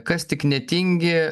kas tik netingi